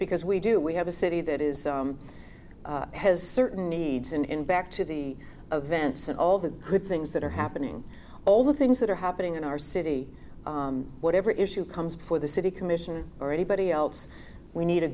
because we do we have a city that is has certain needs and in back to the events and all the good things that are happening all the things that are happening in our city whatever issue comes before the city commission or anybody else we need a